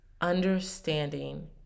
understanding